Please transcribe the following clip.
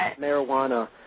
Marijuana